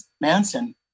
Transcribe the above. Manson